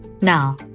Now